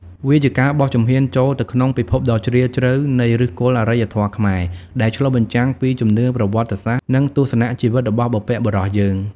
វាជាការបោះជំហានចូលទៅក្នុងពិភពដ៏ជ្រាលជ្រៅនៃ ឫសគល់អរិយធម៌ខ្មែរ ដែលឆ្លុះបញ្ចាំងពីជំនឿ ប្រវត្តិសាស្ត្រ និងទស្សនៈជីវិតរបស់បុព្វបុរសយើង។